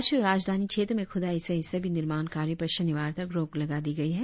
राष्ट्रीय राजधानी क्षेत्र में खुदाई सहित सभी निर्माण कार्यों पर शनिवार तक रोक लगा दी गई है